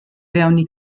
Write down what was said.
fewni